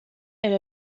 elle